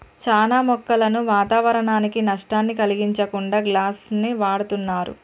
చానా మొక్కలను వాతావరనానికి నష్టాన్ని కలిగించకుండా గ్లాస్ను వాడుతున్నరు